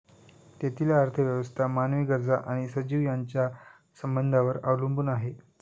तेथील अर्थव्यवस्था मानवी गरजा आणि सजीव यांच्या संबंधांवर अवलंबून आहे